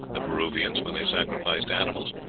the peruvians, when they sacrificed animals,